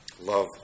Love